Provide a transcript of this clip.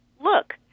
look